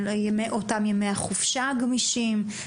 אותם ימי חופש גמישים.